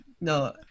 No